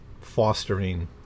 fostering